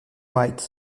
white